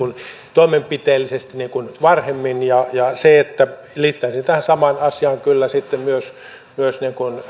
toimenpiteellisesti varhemmin liittäisin tähän samaan asiaan kyllä sitten myös myös